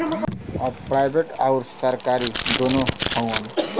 अब प्राइवेट अउर सरकारी दुन्नो हउवन